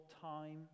time